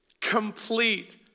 complete